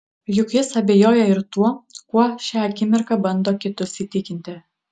juk jis abejoja ir tuo kuo šią akimirką bando kitus įtikinti